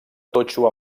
totxo